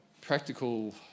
Practical